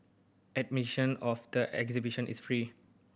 admission of the exhibition is free